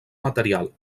material